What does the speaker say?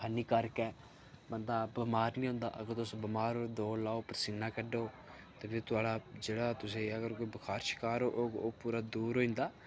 हानिकारक ऐ बंदा बमार नि होंदा अगर तुस बमार ओ दौड़ लाओ परसीन्ना कड्ढो ते फ्ही थुआढ़ा जेह्ड़ा तुसें अगर कोई बखार शखार होग ओह् पूरा दूर होई जंदा